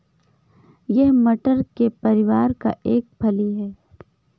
यह मटर के परिवार का एक फली है